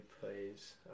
plays